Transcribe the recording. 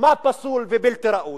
מה פסול ובלתי ראוי?